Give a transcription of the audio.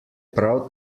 prav